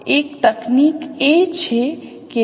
તેથી આ શ્રેણીના આ કોઓર્ડિનેટ્સ છે બધા કોઓર્ડિનેટ્સ રજૂ થાય છે